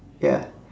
ya